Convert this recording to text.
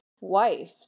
wife